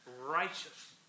righteous